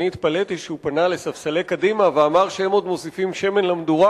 שהתפלאתי שהוא פנה לספסלי קדימה ואמר שהם עוד מוסיפים שמן למדורה.